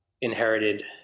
inherited